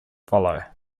follow